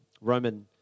Roman